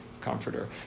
comforter